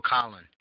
Colin